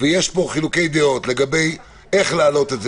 ויש פה חילוקי דעות איך להעלות את זה